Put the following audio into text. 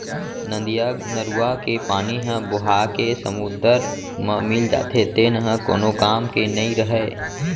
नदियाँ, नरूवा के पानी ह बोहाके समुद्दर म मिल जाथे तेन ह कोनो काम के नइ रहय